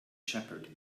shepherd